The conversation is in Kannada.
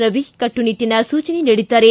ರವಿ ಕಟ್ಟುನಿಟ್ಟಿನ ಸೂಚನೆ ನೀಡಿದ್ದಾರೆ